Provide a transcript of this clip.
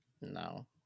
No